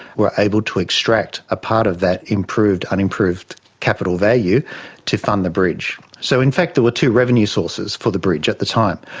were able to extract a part of that improved unimproved capital value to fund the bridge. so in fact there were two revenue sources for the bridge at the time.